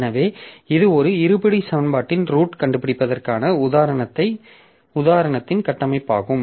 எனவே இது ஒரு இருபடி சமன்பாட்டின் ரூட்க் கண்டுபிடிப்பதற்கான உதாரணத்தின் கட்டமைப்பாகும்